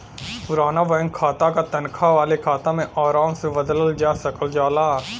पुराना बैंक खाता क तनखा वाले खाता में आराम से बदलल जा सकल जाला